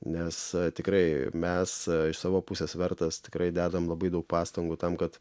nes tikrai mes iš savo pusės vertas tikrai dedam labai daug pastangų tam kad